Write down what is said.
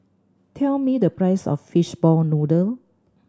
tell me the price of fishball noodle